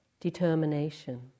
determination